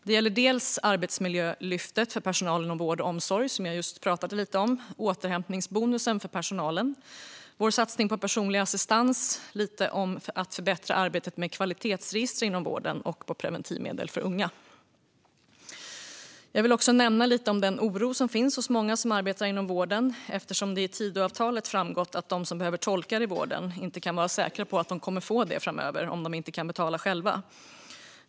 Det gäller arbetsmiljölyftet för personal inom vård och omsorg som jag just pratade lite om, återhämtningsbonusen för personalen och våra satsningar på personlig assistans, på att förbättra arbetet med kvalitetsregister inom vården och på preventivmedel för unga. Jag vill också nämna lite om den oro som finns hos många som arbetar inom vården eftersom det av Tidöavtalet framgår att de som behöver tolkar i vården inte kan vara säkra på att få det framöver om de inte kan betala själva.